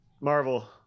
Marvel